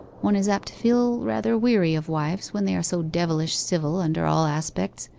one is apt to feel rather weary of wives when they are so devilish civil under all aspects,